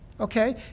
okay